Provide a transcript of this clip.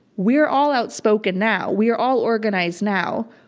we're all outspoken now. we are all organized now.